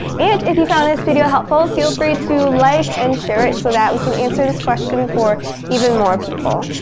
and if you found this video helpful, feel free to like and share it so that we can answer this question for even more people.